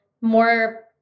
more